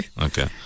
Okay